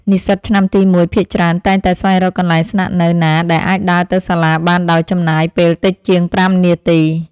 និស្សិតឆ្នាំទីមួយភាគច្រើនតែងតែស្វែងរកកន្លែងស្នាក់នៅណាដែលអាចដើរទៅសាលាបានដោយចំណាយពេលតិចជាងប្រាំនាទី។